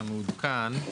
המעודכן.